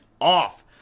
off